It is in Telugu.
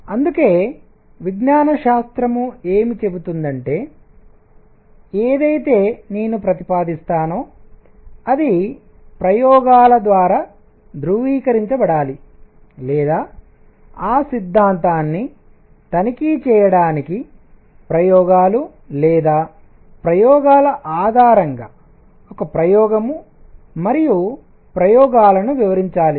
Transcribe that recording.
అందుకే విజ్ఞానశాస్త్రం ఏమి చెబుతుందంటే ఏదైతే నేను ప్రతిపాదిస్తానో అది ప్రయోగాల ద్వారా ధృవీకరించబడాలి లేదా ఆ సిద్ధాంతాన్ని తనిఖీ చేయడానికి ప్రయోగాలు లేదా ప్రయోగాల ఆధారంగా ఒక ప్రయోగం మరియు ప్రయోగాలను వివరించాలి